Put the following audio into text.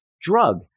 drug